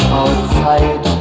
outside